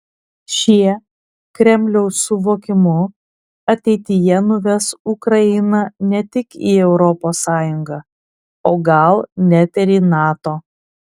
šie kremliaus suvokimu ateityje nuves ukrainą ne tik į europos sąjungą o gal net ir į nato